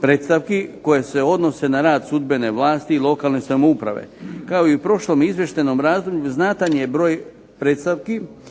predstavki koje se odnose na rad sudbene vlasti i lokalne samouprave. Kao i u prošlom izvještajnom razdoblju znatan je broj predstavki